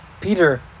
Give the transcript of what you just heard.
Peter